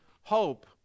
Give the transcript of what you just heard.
hope